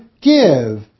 give